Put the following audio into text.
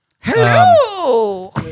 hello